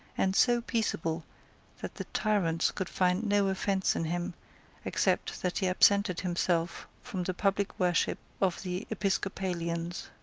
and so peaceable that the tyrants could find no offence in him except that he absented himself from the public worship of the episcopalians.